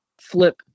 flip